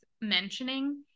mentioning